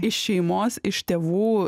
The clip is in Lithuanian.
iš šeimos iš tėvų